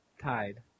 Tide